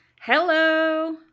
Hello